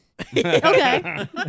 Okay